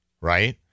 right